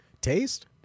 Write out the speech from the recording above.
Taste